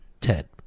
Ted